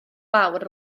fawr